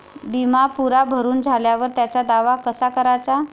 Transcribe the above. बिमा पुरा भरून झाल्यावर त्याचा दावा कसा कराचा?